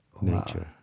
nature